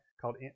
called